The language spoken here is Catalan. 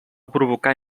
provocar